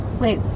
Wait